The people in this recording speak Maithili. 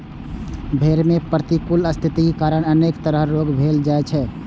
भेड़ मे प्रतिकूल स्थितिक कारण अनेक तरह रोग भए जाइ छै